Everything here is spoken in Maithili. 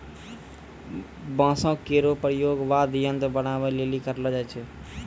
बांसो केरो प्रयोग वाद्य यंत्र बनाबए लेलि करलो जाय छै